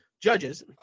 judges